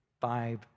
five